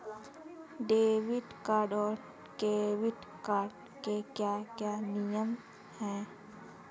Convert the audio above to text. Debit card और credit card के क्या क्या नियम हैं?